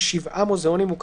ו-9